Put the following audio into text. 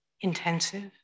intensive